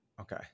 Okay